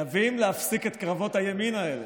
חייבים להפסיק את קרבות הימין האלה.